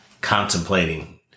contemplating